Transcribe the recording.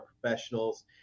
Professionals